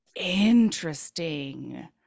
Interesting